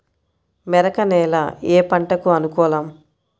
మెరక నేల ఏ పంటకు అనుకూలం?